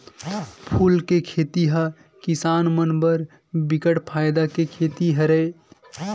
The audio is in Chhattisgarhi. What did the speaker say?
फूल के खेती ह किसान मन बर बिकट फायदा के खेती हरय